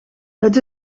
het